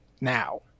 now